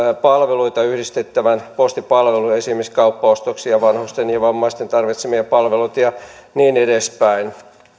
palveluita yhdistettävän postipalveluihin esimerkiksi kauppaostoksia vanhusten ja vammaisten tarvitsemia palveluita ja niin edespäin